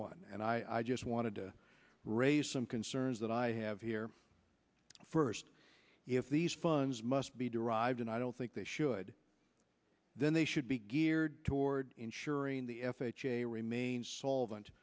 one and i just wanted to raise some concerns that i have here first if these funds must be derived and i don't think they should then they should be geared toward ensuring the f h a remain solvent